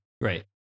Right